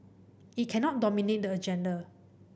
it cannot dominate the agenda